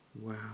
Wow